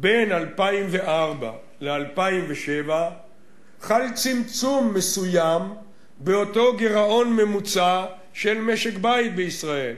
בין 2004 ל-2007 חל צמצום מסוים באותו גירעון ממוצע של משק-בית בישראל,